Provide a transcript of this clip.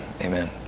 amen